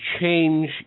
change